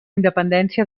independència